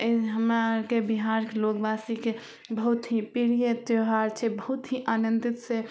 एहिमे हमरा आरके बिहारके लोक वासीके बहुत ही प्रिए त्योहार छै बहुत ही आनन्दितसे